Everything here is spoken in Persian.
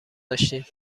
داشتیم